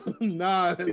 Nah